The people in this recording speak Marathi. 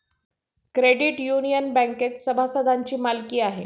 क्रेडिट युनियन बँकेत सभासदांची मालकी आहे